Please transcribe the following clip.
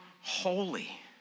holy